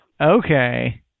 okay